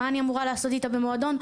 מה אני אמורה לעשות איתה במועדון,